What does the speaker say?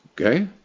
Okay